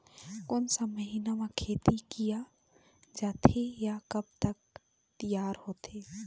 कोन सा महीना मा खेती किया जाथे ये कब तक तियार होथे?